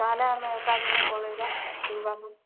ତା'ହେଲେ ଆମେ ଏକା ଦିନେ ପଳାଇବା କିଣିବାକୁ